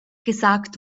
gesagt